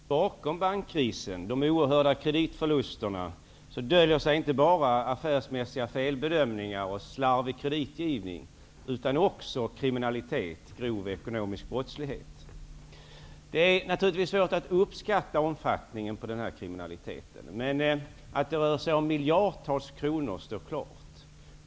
Fru talman! Bakom bankkrisen, de oerhörda kreditförlusterna, döljer sig inte bara affärsmässiga felbedömningar och slarvig kreditgivning utan också kriminalitet, grov ekonomisk brottslighet. Det är naturligtvis svårt att uppskatta omfattningen av den kriminaliteten, men att det rör sig om miljardtals kronor står klart.